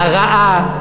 הרעה.